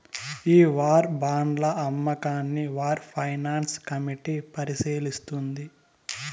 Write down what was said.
ఈ వార్ బాండ్ల అమ్మకాన్ని వార్ ఫైనాన్స్ కమిటీ పరిశీలిస్తుంది